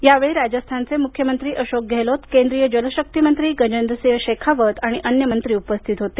या वेळी राजस्थानचे मुख्यमंत्री अशोक गेहलोत केंद्रीय जलशक्ती मंत्री गजेंद्र सिंह शेखावत आणि अन्य मंत्री उपस्थित होते